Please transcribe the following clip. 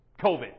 COVID